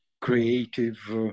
creative